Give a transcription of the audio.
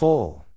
Full